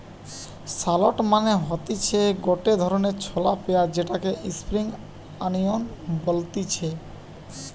shallot মানে হতিছে গটে ধরণের ছলা পেঁয়াজ যেটাকে স্প্রিং আনিয়ান বলতিছে